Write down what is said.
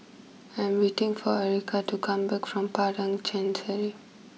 I'm waiting for Ericka to come back from Padang Chancery